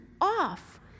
off